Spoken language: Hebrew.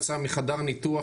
יצא מחדר ניתוח,